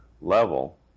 level